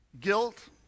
guilt